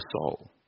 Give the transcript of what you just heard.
soul